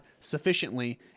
sufficiently